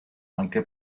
anche